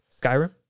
Skyrim